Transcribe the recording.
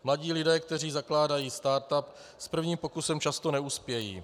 Mladí lidé, kteří zakládají startup, s prvním pokusem často neuspějí.